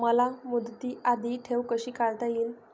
मला मुदती आधी ठेव कशी काढता येईल?